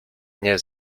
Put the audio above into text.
nie